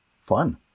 Fun